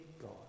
God